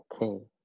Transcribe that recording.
okay